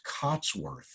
Cotsworth